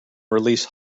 release